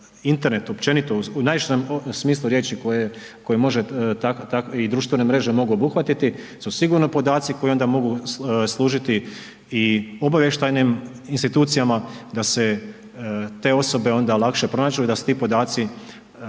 Internet općenito, u najširem smislu riječi koje može i društvene mreže mogu obuhvatiti su sigurno podaci koji onda mogu služiti obavještajnim institucijama da se te osobe onda lakše pronađu i da se ti podaci koji